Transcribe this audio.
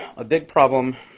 a big problem